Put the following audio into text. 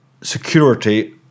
security